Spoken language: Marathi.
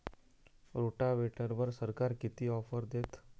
रोटावेटरवर सरकार किती ऑफर देतं?